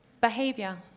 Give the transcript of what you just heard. behavior